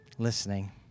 listening